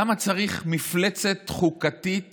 למה צריך מפלצת חוקתית